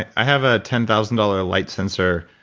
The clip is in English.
i have a ten thousand dollars light sensor